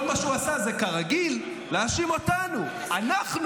כל מה שהוא עשה הוא להאשים אותנו, כרגיל.